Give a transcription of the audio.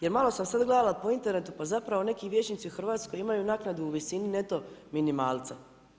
Jer malo sam sad gledala po internetu, pa zapravo neki vijećnici u Hrvatskoj imaju naknadu u visini neto minimalca.